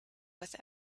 with